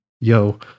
yo